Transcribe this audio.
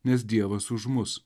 nes dievas už mus